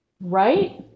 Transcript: Right